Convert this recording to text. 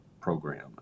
program